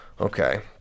okay